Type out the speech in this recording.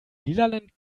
lilanen